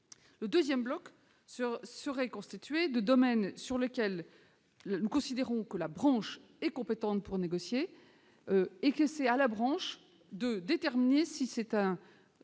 Le deuxième bloc sera constitué de domaines pour lesquels nous considérons que la branche est compétente pour négocier. Ce sera à la branche de déterminer si ces